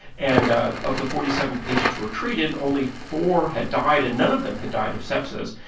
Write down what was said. and ah of the forty seven patients who were treated, only four had died, and none of them had died of sepsis.